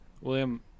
William